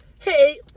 Hey